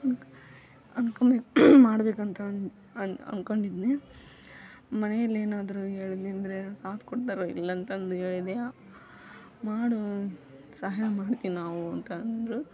ಅನ್ಕ ಅನ್ಕೊಬೆ ಮಾಡಬೇಕಂತ ಅನ್ ಅನ್ ಅಂದ್ಕೊಂಡಿದನ್ನೆ ಮನೆಯಲ್ಲೇನಾದರೂ ಹೇಳಿದ್ವಿ ಅಂದರೆ ಸಾಥ್ ಕೊಡ್ತಾರೆ ಇಲ್ಲ ಅಂತಂದೇಳಿಲ್ಲ ಮಾಡು ಸಹಾಯ ಮಾಡ್ತೀವಿ ನಾವು ಅಂತ ಅಂದರು